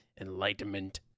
enlightenment